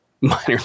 minor